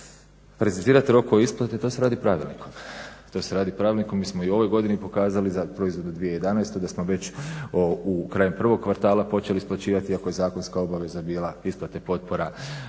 Precizirat rokove isplate, to se radi pravilnikom. Mi smo i u ovoj godini pokazali za proizvodnu 2011. da smo već krajem prvog kvartala počeli isplaćivati ako je zakonska obaveza isplate potpora